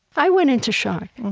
i went into shock.